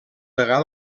degà